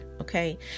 Okay